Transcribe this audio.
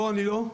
לא, אני לא.